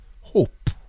hope